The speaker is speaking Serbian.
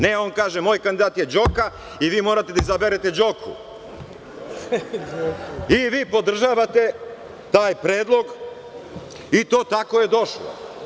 Ne, on kaže moj kandidat je Đoka i vi morate da izaberete Đoku i vi podržavate taj predlog i to tako je došlo.